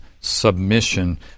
submission